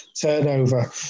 turnover